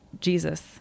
jesus